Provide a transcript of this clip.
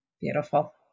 Beautiful